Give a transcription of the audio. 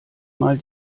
mal